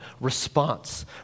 response